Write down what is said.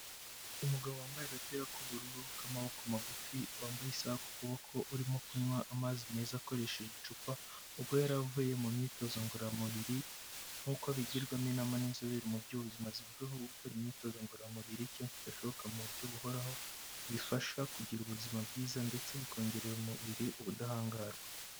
Umugabo wambaye agapira k'ubururu k'amaboko magufi wambaye isaha ku kuboko urimo kunywa amazi meza akoresheje icupa, ubwo yari avuye mu imyitozo ngororamubiri nkuko abigirwamo inama n'inzobere mu by'ubuzima zivugaho gukora imyitozo ngororamubiri kenshi gashoboka mu buryo buhoraho bifasha kugira ubuzima bwiza ndetse bikongerera umubiri ubudahangarwa.